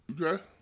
Okay